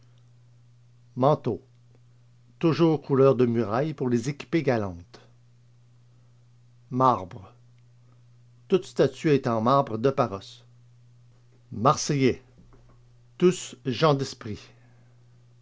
manteau toujours couleur de muraille pour les équipées galantes marbre toute statue est en marbre de paros marseillais tous gens d'esprit